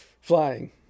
flying